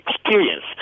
experience